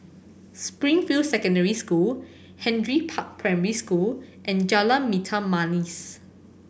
Springfield Secondary School Henry Park Primary School and Jalan Hitam Manis